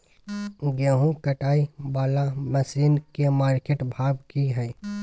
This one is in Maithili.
गेहूं काटय वाला मसीन के मार्केट भाव की हय?